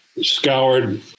scoured